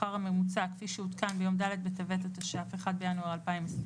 השכר הממוצע כפי שעודכן ביום ד' בטבת התש"ף (1 בינואר 2020)